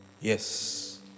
Yes